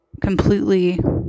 completely